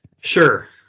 Sure